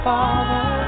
Father